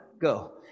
Go